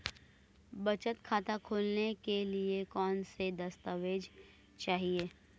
बचत खाता खोलने के लिए कौनसे दस्तावेज़ चाहिए?